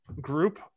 group